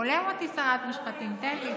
הולם אותי שרת המשפטים, תן לי.